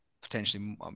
potentially